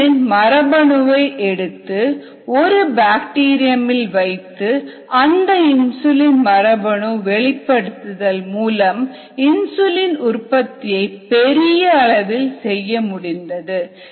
insulin மரபணுவை எடுத்து ஒரு பாக்டீரியம் இல் வைத்து அந்த இன்சுலின் மரபணு வெளிப்படுத்துதல் மூலம் இன்சுலின் உற்பத்தியை பெரிய அளவில் செய்ய முடிந்தது